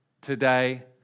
today